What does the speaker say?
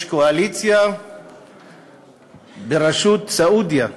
יש קואליציה בראשות סעודיה,